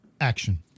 Action